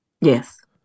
Yes